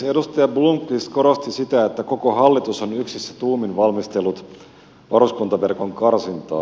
edustaja blomqvist korosti sitä että koko hallitus on yksissä tuumin valmistellut varuskuntaverkon karsintaa